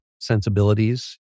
sensibilities